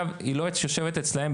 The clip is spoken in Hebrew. היא לא יושבת אצלם,